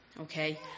okay